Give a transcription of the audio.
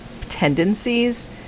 tendencies